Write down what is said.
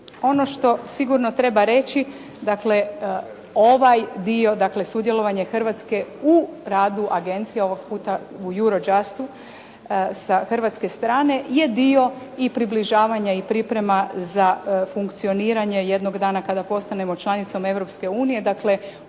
ono što sigurno treba reći, dakle ovaj dio, dakle sudjelovanje Hrvatske u radu agencije, ovog puta u Eurojust-u sa hrvatske strane je dio i približavanja i priprema za funkcioniranje jednog dana kada postanemo članicom Europske